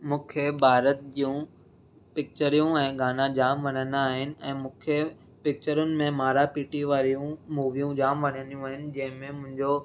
मूंखे भारत जूं पिक्चरियूं ऐं गाना जाम वणंदा आहिनि ऐं मूंखे पिक्चरुनि में मारा पीटी वारियूं मूवियूं जाम वणंदियूं आहिनि जंहिंमें मुंहिंजो